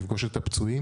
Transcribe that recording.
נפגוש את הפצועים.